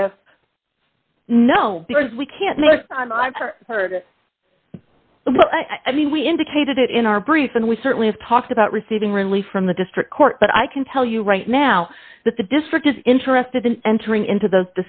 know because we can't make i've heard well i mean we indicated it in our brief and we certainly have talked about receiving relief from the district court but i can tell you right now that the district is interested in entering into th